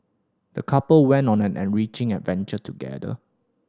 the couple went on an enriching adventure together